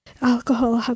alcohol